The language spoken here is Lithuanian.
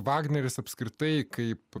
vagneris apskritai kaip